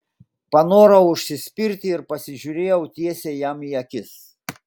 panorau užsispirti ir pasižiūrėjau tiesiai jam į akis